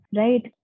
right